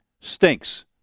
Stinks